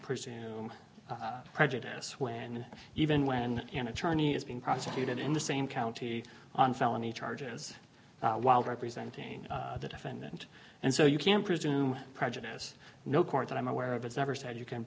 presume prejudice when even when an attorney is being prosecuted in the same county on felony charges while representing the defendant and so you can presume prejudice no court that i'm aware of it's never said you can